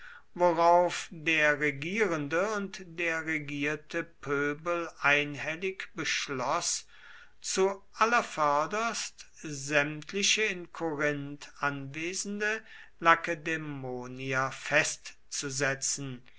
worauf der regierende und der regierte pöbel einhellig beschloß zu allervörderst sämtliche in korinth anwesende lakedämonier festzusetzen